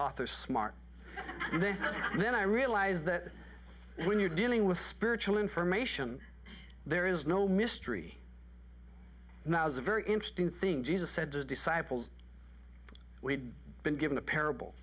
author smart and then i realized that when you're dealing with spiritual information there is no mystery now is a very interesting thing jesus said just disciples we've been given a parable